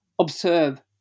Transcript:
observe